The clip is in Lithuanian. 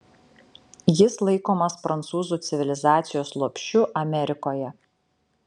jis laikomas prancūzų civilizacijos lopšiu amerikoje